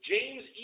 James